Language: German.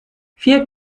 vier